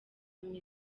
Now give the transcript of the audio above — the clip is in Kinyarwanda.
amezi